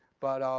but